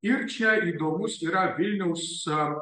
ir čia įdomus yra vilniaus